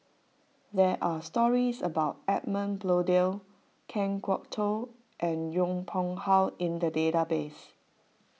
there are stories about Edmund Blundell Kan Kwok Toh and Yong Pung How in the database